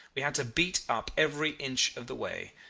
we had to beat up every inch of the way,